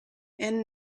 and